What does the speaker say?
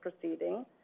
proceeding